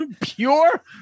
pure